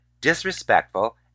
disrespectful